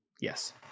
Yes